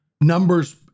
numbers